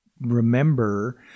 remember